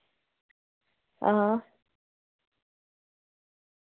हां